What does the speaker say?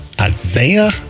Isaiah